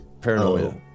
paranoia